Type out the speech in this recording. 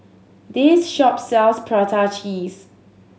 this shop sells prata cheese